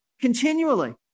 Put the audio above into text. Continually